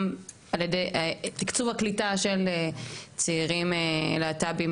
גם על ידי תקצוב הקליטה של צעירים להט״בים